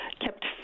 kept